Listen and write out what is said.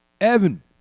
Evan